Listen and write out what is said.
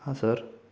हां सर